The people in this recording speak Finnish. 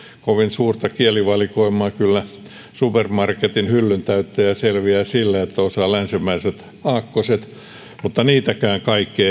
kovin suurta kielivalikoimaa kyllä supermarketin hyllyn täyttäjä selviää sillä että osaa länsimaiset aakkoset mutta niitäkään kaikki